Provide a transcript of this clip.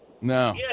No